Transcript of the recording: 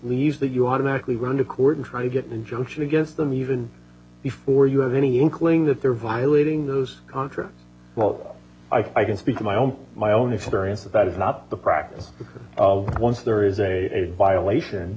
that you automatically went to court and try to get an injunction against them even before you have any inkling that they're violating those contracts well i can speak to my own my own experience if that is not the practice because once there is a violation